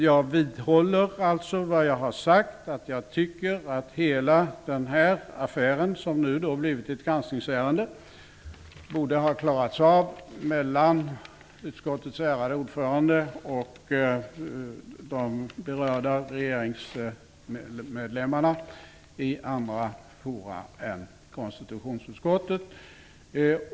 Jag vidhåller alltså vad jag har sagt, att jag tycker att hela den här affären, som nu blivit ett granskningsärende, borde ha klarats av mellan utskottets ärade ordförande och de berörda regeringsmedlemmarna i andra forum än i konstitutionsutskottet.